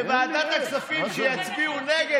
בוועדת הכספים שיצביעו נגד,